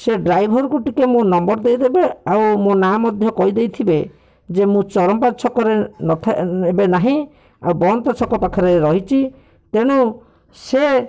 ସେ ଡ୍ରାଇଭର୍କୁ ଟିକିଏ ମୋ ନମ୍ବର ଦେଇଦେବେ ଆଉ ମୋ ନାଁ ମଧ୍ୟ କହିଦେଇଥିବେ ଯେ ମୁଁ ଚରମ୍ପା ଛକରେ ନଥାଏ ଏବେ ନାହିଁ ଆଉ ବନ୍ତ ଛକ ପାଖରେ ରହିଛି ତେଣୁ ସେ